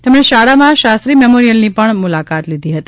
તેમણે શાળામાં શાસ્ત્રી મેમોરિયલની પણ મૂલાકાત લીધી હતી